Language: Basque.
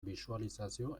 bisualizazio